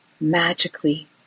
magically